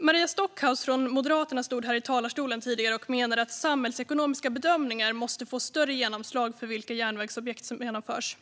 Maria Stockhaus från Moderaterna stod tidigare här i talarstolen och menade att samhällsekonomiska bedömningar måste få större genomslag för vilka järnvägsobjekt som genomförs.